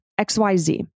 XYZ